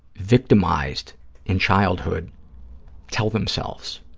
victimized in childhood tell themselves,